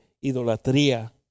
idolatría